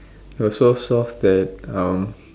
was so soft that um